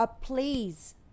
please